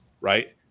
right